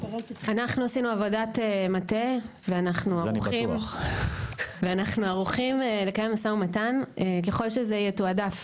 אנחנו עשינו עבודת מטה ואנחנו ערוכים לקיים משא-ומתן אם זה יתועדף